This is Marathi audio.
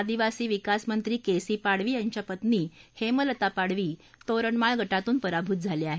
आदिवासी विकास मंत्री के सी पाडवी यांच्या पत्नी हेमलता पाडवी तोरणमाळ गटातून पराभूत झाल्या आहेत